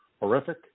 horrific